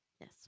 Yes